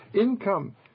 income